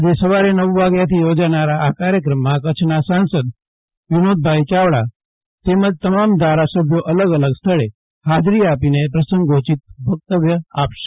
આજે સવારે નવ વાગ્યાથી યોજાનારા આ કાર્યક્રમમાં કચ્છના સાંસદ વિનોદભાઇ ચાવડા તેમજ તમામ ધારાસભ્યો અલગ અલગ સ્થળે ફાજરી આપીને પ્રસંગોચિત વક્તવ્ય આપશે